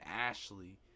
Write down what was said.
Ashley